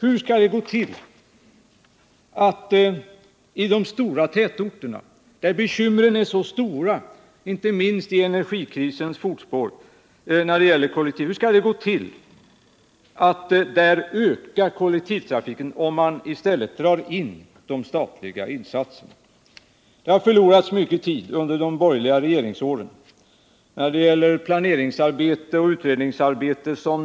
Hur skall det gå till att öka intresset för kollektivtrafiken i de stora tätorterna, där bekymren redan är så stora när det gäller denna trafik, inte minst i energikrisens fotspår, om man i stället drar in de statliga insatserna? Det har under de borgerliga regeringsåren förlorats mycket tid när det gäller planeringsarbete och utredningsarbete.